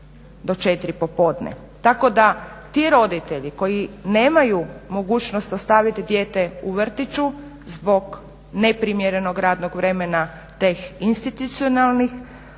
do 4 popodne. Tako da ti roditelji koji nemaju mogućnost ostavit dijete u vrtiću zbog neprimjerenog radnog vremena te institucionalne